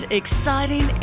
exciting